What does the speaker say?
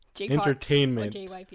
Entertainment